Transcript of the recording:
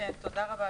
תודה רבה,